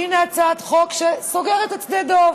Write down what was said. הינה הצעת חוק שסוגרת את שדה דב.